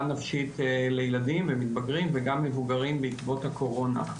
נפשית לילדים ומתבגרים וגם מבוגרים בעקבות הקורונה.